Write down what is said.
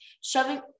shoving